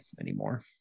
anymore